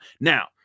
now